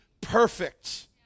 perfect